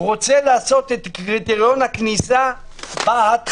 שאני רוצה לעשות את קריטריון הכניסה בהתחלה,